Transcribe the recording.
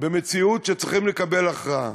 במציאות שצריכים לקבל הכרעה